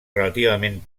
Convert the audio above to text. relativament